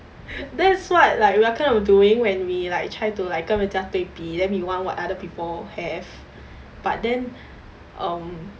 that's what like we are kind of doing when we like try to like 跟人家对比 then we want what other people have but then um